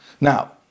Now